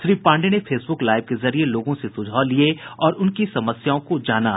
श्री पांडेय ने Facebook live के जरिये लोगों से सुझाव लिये और उनकी समस्याओं को जाना